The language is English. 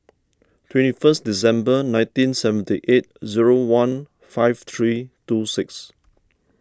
twenty first December nineteen seventy eight zero one five three two six